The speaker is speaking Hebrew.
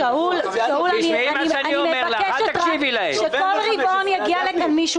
שאול, אני מבקשת רק שכל רבעון יגיע לכאן מישהו.